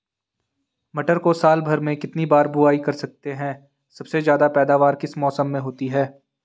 मटर को साल भर में कितनी बार बुआई कर सकते हैं सबसे ज़्यादा पैदावार किस मौसम में होती है?